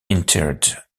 interred